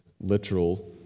literal